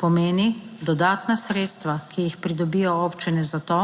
Pomeni dodatna sredstva, ki jih pridobijo občine zato,